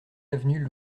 avenue